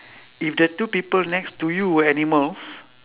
if the two people next to you were animals